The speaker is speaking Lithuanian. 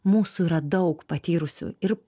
mūsų yra daug patyrusių ir